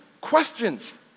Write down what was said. questions